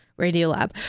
Radiolab